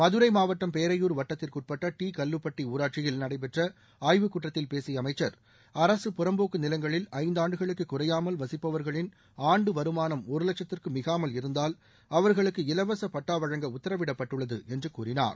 மதுரை மாவட்டம் பேரையூர் வட்டத்திற்குட்பட்ட டி கல்லுப்பட்டி ஊராட்சியில் நடைபெற்ற ஆய்வுக் கூட்டத்தில் பேசிய அமைச்சா் அரசு புறம்போக்கு நிலங்களில் ஐந்தாண்டுகளுக்கு குறையாமல் வசிப்பவர்களின் ஆண்டு வருமானம் ஒரு லட்சத்திற்கு மிகாமல் இருந்தால் அவர்களுக்கு இலவச பட்டா வழங்க உத்தரவிடப்பட்டுள்ளது என்று கூறினார்